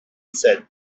said